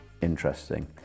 interesting